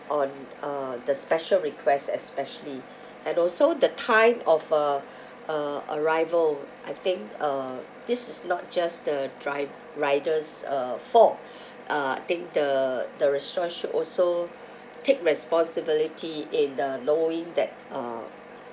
on uh the special request especially and also the time of uh uh arrival I think uh this is not just the drive rider's uh fault uh I think the the restaurant should also take responsibility in uh knowing that uh